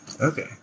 Okay